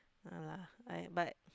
ah lah I but